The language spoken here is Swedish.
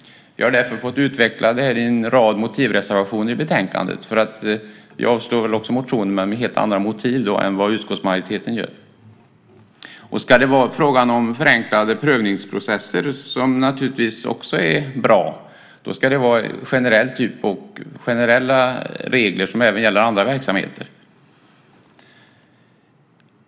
Vi har därför fått utveckla detta i en rad motivreservationer i betänkandet. Vi avstyrker också motionen, men med helt andra motiv än utskottsmajoriteten. Förenklade prövningsprocesser är naturligtvis också bra, men det ska då vara generella regler som även gäller andra verksamheter.